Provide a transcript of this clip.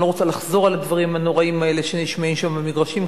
אני לא רוצה לחזור על הדברים הנוראים האלה שנשמעים שם במגרשים.